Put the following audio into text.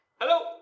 hello